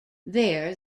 there